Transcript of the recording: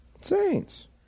Saints